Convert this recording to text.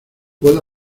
puedo